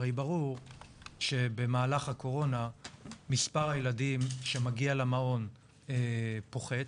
הרי ברור שבמהלך הקורונה מספר הילדים שמגיע למעון פוחת,